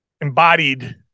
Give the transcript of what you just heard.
embodied